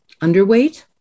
underweight